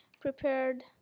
prepared